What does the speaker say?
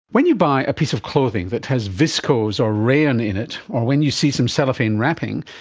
when you buy a piece of clothing that has viscose or rayon in it, or when you see some cellophane wrapping,